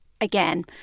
again